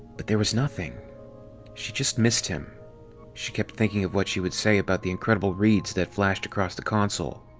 but there was nothing she just missed him she kept thinking of what he would say about the incredible reads that flashed across the console.